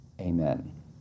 Amen